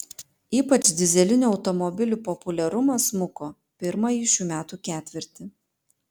ypač dyzelinių automobilių populiarumas smuko pirmąjį šių metų ketvirtį